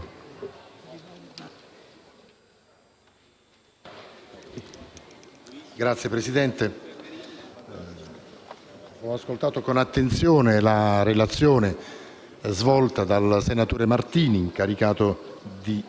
Signor Presidente, ho ascoltato con attenzione la relazione svolta dal senatore Martini, incaricato di